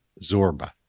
Zorba